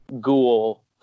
ghoul